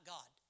God